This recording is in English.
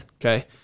Okay